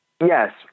Yes